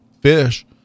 fish